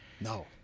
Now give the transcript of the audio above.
No